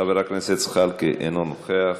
חבר הכנסת זחאלקה, אינו נוכח,